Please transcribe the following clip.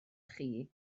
chi